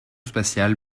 spatial